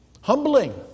Humbling